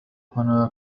هنا